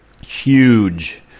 Huge